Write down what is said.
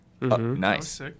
Nice